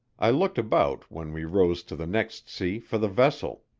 i looked about when we rose to the next sea for the vessel.